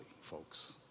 folks